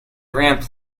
ramp